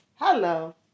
Hello